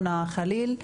חונא חליל.